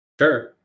Sure